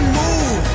move